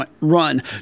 run